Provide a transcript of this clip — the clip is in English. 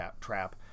trap